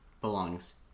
belongs